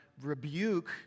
rebuke